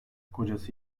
kocası